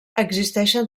existeixen